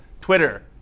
Twitter